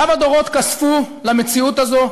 כמה דורות כספו למציאות הזו,